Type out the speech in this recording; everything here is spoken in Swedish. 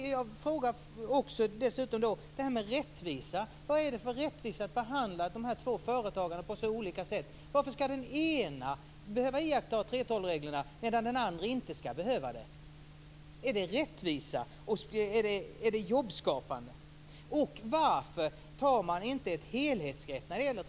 Vi har dessutom också tagit upp rättviseaspekten. Vad är det för rättvisa i att behandla företagare på så olika sätt? Varför skall den ene behöva iaktta 3:12 reglerna, medan den andre inte skall behöva göra det? Är det rättvisa, och är det jobbskapande? Varför tar man inte ett helhetsgrepp på 3:12-reglerna?